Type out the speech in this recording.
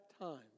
time